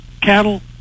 cattle